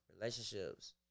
relationships